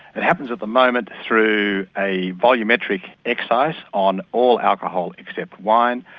it happens at the moment through a volumetric excise on all alcohol except wine.